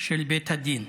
של בית הדין.